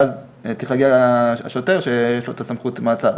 ואז צריך להגיע השוטר שיש לו את סמכות המעצר.